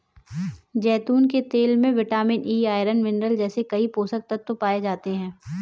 जैतून के तेल में विटामिन ई, आयरन, मिनरल जैसे कई पोषक तत्व पाए जाते हैं